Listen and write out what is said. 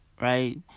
right